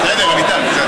אנחנו ממשיכים בסדר-היום.